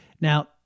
Now